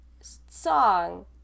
song